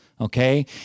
Okay